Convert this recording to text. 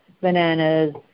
bananas